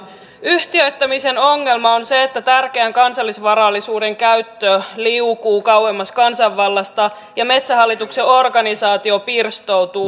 yhtiöittämisen ongelma on se että tärkeän kansallisvarallisuuden käyttö liukuu kauemmas kansanvallasta ja metsähallituksen organisaatio pirstoutuu